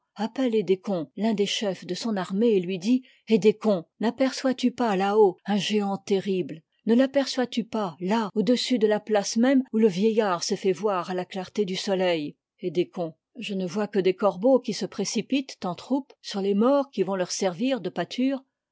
appelle ëdéeon l'un des chefs de son armée et lui dit ëdécon naperçois tu pas là haut un géant terrible ne tapercois tu pas là au-dessus de la place même où le vieillard s'est fait voir à la clarté du soleil édécon je ne vois que des corbeaux qui se précipitent en troupe sur les morts qui vont leur servir de pâture